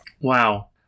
wow